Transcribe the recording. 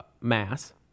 mass